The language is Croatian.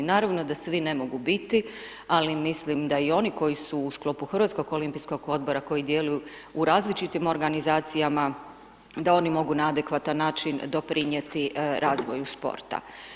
Naravno, da svi ne mogu biti, ali mislim da i oni koji su u sklopu Hrvatskog olimpijskog odbora koji djeluju u različitim organizacijama da oni mogu na adekvatan način doprinijeti razvoju sporta.